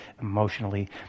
emotionally